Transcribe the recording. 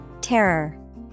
Terror